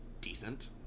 decent